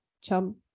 chum